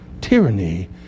tyranny